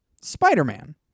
Spider-Man